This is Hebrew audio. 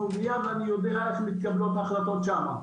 ובנייה ואני יודע איך מתקבלות החלטות שם.